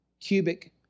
cubic